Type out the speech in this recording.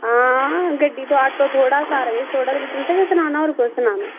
हां गड्डी तो आटो थुआढ़ा सारा किश थुआढ़ा ते फ्ही तुसें गै सनाना होर कुस सनाना